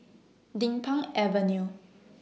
Din Pang Avenue